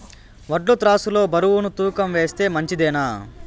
వడ్లు త్రాసు లో బరువును తూకం వేస్తే మంచిదేనా?